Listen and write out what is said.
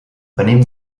venim